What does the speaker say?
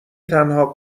تنها